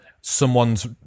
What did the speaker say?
someone's